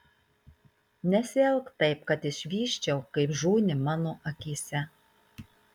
nesielk taip kad išvysčiau kaip žūni mano akyse